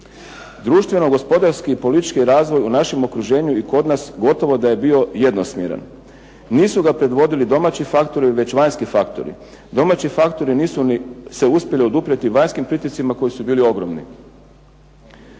Društveno-gospodarski i politički razvoj u našem okruženju i kod nas gotovo da je bio jednosmjeran. Nisu ga predvodili domaći faktori već vanjski faktori. Domaći faktori nisu se uspjeli oduprijeti vanjskim pritiscima koji su bili ogromni.